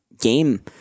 game